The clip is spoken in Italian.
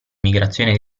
migrazione